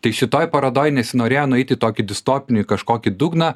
tai šitoj parodoj nesinorėjo nueiti į tokį distopinį kažkokį dugną